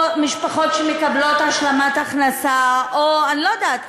או משפחות שמקבלות השלמת הכנסה, או, אני לא יודעת.